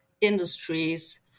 industries